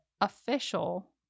official